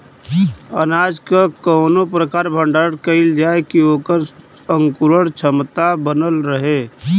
अनाज क कवने प्रकार भण्डारण कइल जाय कि वोकर अंकुरण क्षमता बनल रहे?